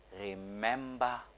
remember